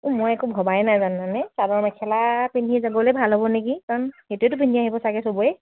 এই মই একো ভবাই নাই জানানে চাদৰ মেখেলা পিন্ধি যাবলৈ ভাল হ'ব নেকি কাৰণ সেইটোৱেটো পিন্ধি আহিব চাগে চবেই